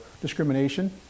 discrimination